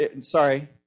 sorry